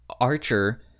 Archer